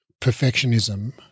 perfectionism